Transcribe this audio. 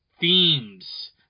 themes